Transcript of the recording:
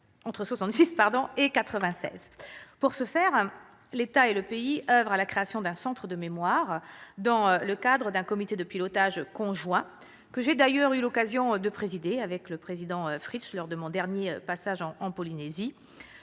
entre 1966 et 1996 ». Pour ce faire, l'État et le pays oeuvrent à la création d'un centre de mémoire, dans le cadre d'un comité de pilotage conjoint, que j'ai d'ailleurs eu l'occasion de présider aux côtés du président Édouard Fritch lors de mon dernier passage en Polynésie.